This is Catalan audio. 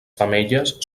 femelles